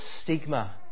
stigma